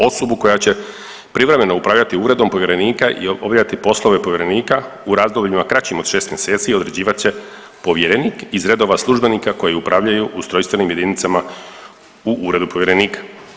Osobu koja će privremeno upravljati uredom povjerenika i obavljati poslove povjerenika u razdobljima kraćim od 6 mjeseci određivat će povjerenik iz redova službenika koji upravljaju ustrojstvenim jedinicama u uredu povjerenika.